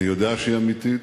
אני יודע שהיא אמיתית,